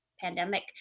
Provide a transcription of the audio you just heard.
pandemic